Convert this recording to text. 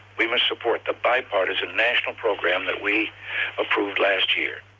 we must support the bipartisan national program that we approved last year.